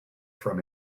from